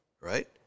right